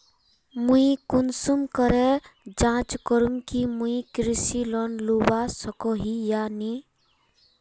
मुई कुंसम करे जाँच करूम की मुई कृषि लोन लुबा सकोहो ही या नी?